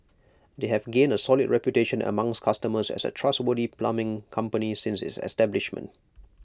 they have gained A solid reputation amongst customers as A trustworthy plumbing company since its establishment